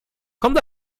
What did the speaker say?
kommt